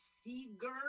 Seeger